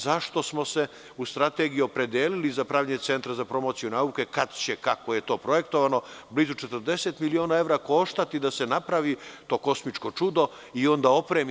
Zašto smo se u strategiji opredeli za pravljenje centra za promociju nauke, kad će, kako je to projektovano, blizu 40 miliona evra koštati da se napravi to kosmičko čudo i onda opremi?